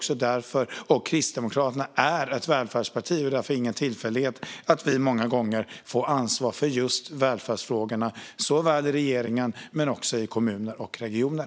Kristdemokraterna är ett välfärdsparti, och det är därför ingen tillfällighet att vi många gånger får ansvar för just välfärdsfrågorna, såväl i regeringen som i kommuner och regioner.